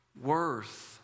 worth